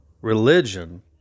religion